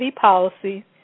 policy